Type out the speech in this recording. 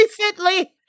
recently